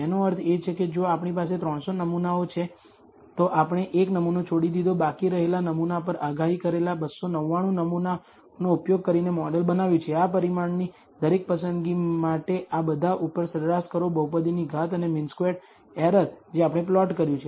એનો અર્થ એ કે જો આપણી પાસે 300 નમૂનાઓ છે તો આપણે એક નમૂના છોડી દીધો છે બાકી રહેલ નમૂના પર આગાહી કરેલા 299 નમૂનાઓનો ઉપયોગ કરીને મોડેલ બનાવ્યું છે આ પરિમાણની દરેક પસંદગી માટે આ બધા ઉપર સરેરાશ કરો બહુપદીની ઘાત અને મીન સ્ક્વેર્ડ એરર જે આપણે પ્લોટ કર્યું છે